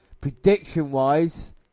prediction-wise